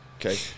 Okay